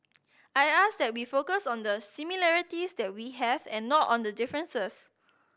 I ask that we focus on the similarities that we have and not on the differences